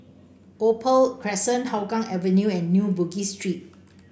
Opal Crescent Hougang Avenue and New Bugis Street